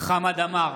חמד עמאר,